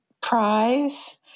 prize